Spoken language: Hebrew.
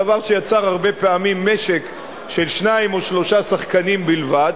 דבר שיצר הרבה פעמים משק של שניים או שלושה שחקנים בלבד,